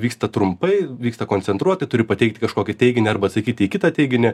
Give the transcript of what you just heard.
vyksta trumpai vyksta koncentruotai turi pateikti kažkokį teiginį arba atsakyti į kitą teiginį